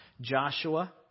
Joshua